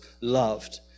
loved